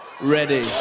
Ready